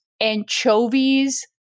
anchovies